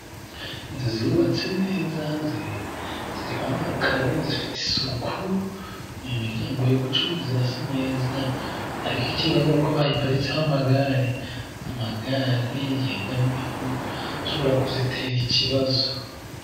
Inzu zirubatse neza ziriho amakaro, zifite isuku. Ni imiryango y'ubucuruzi. Zirasa neza, ariko ikibazo ni uko bayiparitseho amagare, amagare yegamyeho ashobora kuzitera ikibazo.